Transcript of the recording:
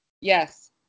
Yes